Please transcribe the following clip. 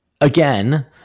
again